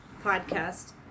podcast